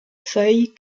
feuilles